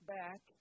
back